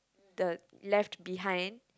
the left behind